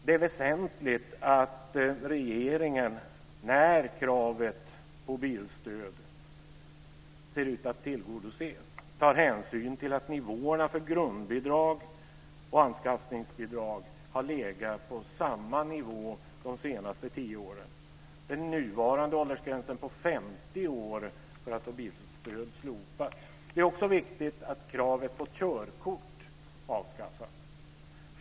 Det är väsentligt att regeringen när kravet på bilstöd ser ut att tillgodoses tar hänsyn till att nivåerna för grundbidrag och anskaffningsbidrag har legat på samma nivå de senaste tio åren. Den nuvarande åldersgränsen på 50 år för att få bilstöd bör slopas. Det är också viktigt att kravet på körkort avskaffas.